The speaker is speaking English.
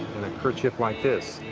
kerchief like this.